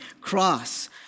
cross